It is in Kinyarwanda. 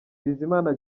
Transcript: bizimana